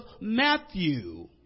Matthew